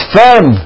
firm